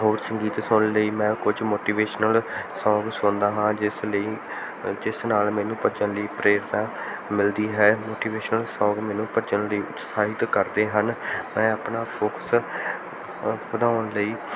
ਹੋਰ ਸੰਗੀਤ ਸੁਣਨ ਲਈ ਮੈਂ ਕੁਝ ਮੋਟੀਵੇਸ਼ਨਲ ਸੋਂਗ ਸੁਣਦਾ ਹਾਂ ਜਿਸ ਲਈ ਜਿਸ ਨਾਲ ਮੈਨੂੰ ਭੱਜਣ ਲਈ ਪ੍ਰੇਰਨਾ ਮਿਲਦੀ ਹੈ ਮੋਟੀਵੇਸ਼ਨਲ ਸੌਂਗ ਮੈਨੂੰ ਭੱਜਣ ਲਈ ਉਤਸ਼ਾਹਿਤ ਕਰਦੇ ਹਨ ਮੈਂ ਆਪਣਾ ਫੋਕਸ ਵਧਾਉਣ ਲਈ